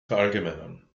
verallgemeinern